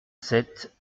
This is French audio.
sept